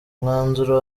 umwanzuro